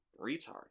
retard